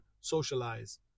socialize